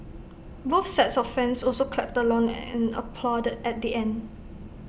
both sets of fans also clapped along and applauded at the end